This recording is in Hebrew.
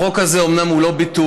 החוק הזה הוא אומנם לא ביטול,